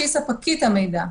שהיא ספקית המידע.